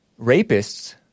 rapists